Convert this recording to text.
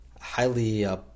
highly